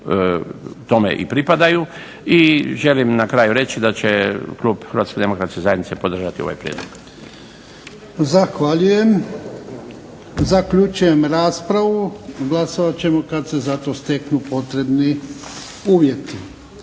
tome pripadaju i želim na kraju reći da će Klub Hrvatske demokratske zajednice podržati ovaj Prijedlog. **Jarnjak, Ivan (HDZ)** Zahvaljujem. Zaključujem raspravu. Glasovat ćemo kada se za to steknu potrebni uvjeti.